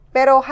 Pero